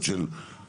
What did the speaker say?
ווליד טאהא (רע"מ,